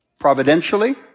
Providentially